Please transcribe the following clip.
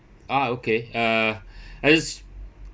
ah okay uh I just